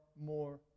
more